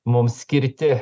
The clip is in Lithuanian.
mums skirti